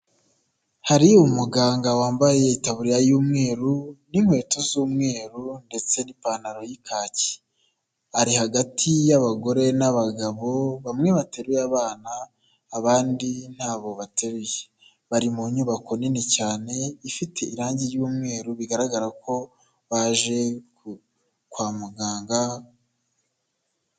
Hari umuganga wambaye itaburiya y'umweru n'inkweto z'umweru ndetse n'ipantaro y'ikaki, ari hagati y'abagore n'abagabo bamwe bateruye abana abandi ntabo bateruye, bari mu nyubako nini cyane ifite irangi ry'umweru bigaragara ko baje kwa muganga.